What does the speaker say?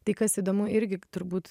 tai kas įdomu irgi turbūt